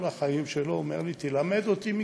כל החיים שלו הוא אומר לי: תלמד אותי מקצוע,